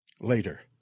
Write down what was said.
Later